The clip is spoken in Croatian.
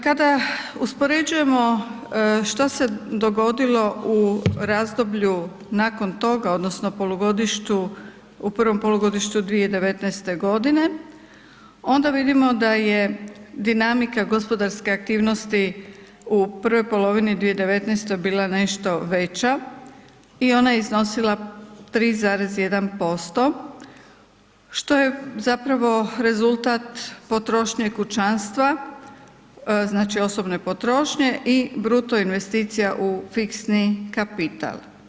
Kada uspoređujemo što se dogodilo u razdoblju nakon toga odnosno u prvom polugodištu 2019. godine onda vidimo da je dinamika gospodarske aktivnosti u prvoj polovini 2019. bila nešto veća i ona je iznosila 3,1% što je zapravo rezultat potrošnje kućanstva, znači osobne potrošnje i bruto investicija u fiksni kapital.